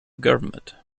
government